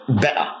better